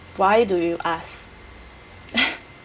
why do you ask